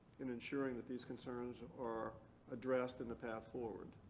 in assuring that these concerns are addressed in the path forward.